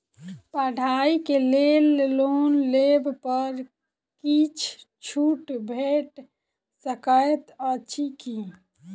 पढ़ाई केँ लेल लोन लेबऽ पर किछ छुट भैट सकैत अछि की?